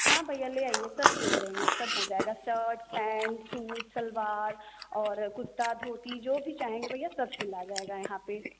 हाँ भैया ले आइए सब सिल देंगे सब हो जाएगा शर्ट पैंट सूट सलवार और कुर्ता धोती जो भी चाहेंगे भैया सब सिला जाएगा यहाँ पे